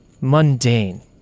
mundane